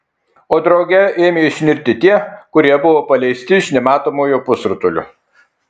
o drauge ėmė išnirti tie kurie buvo paleisti iš nematomojo pusrutulio